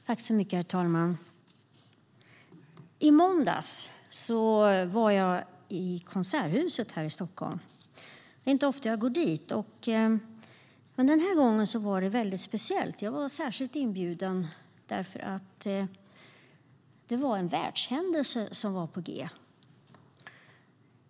Herr talman! I måndags var jag i Konserthuset i Stockholm. Det är inte ofta jag går dit, men den här gången var det speciellt. Jag var särskilt inbjuden därför att en världshändelse var på G.